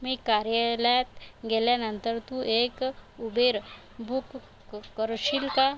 मी कार्यालयात गेल्यानंतर तू एक उबेर बुक क करशील का